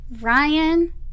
ryan